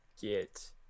get